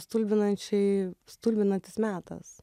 stulbinančiai stulbinantis metas